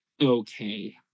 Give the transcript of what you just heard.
okay